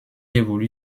évolue